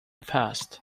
fast